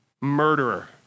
murderer